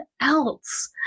else